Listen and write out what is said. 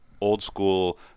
old-school